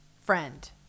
friend